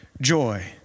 joy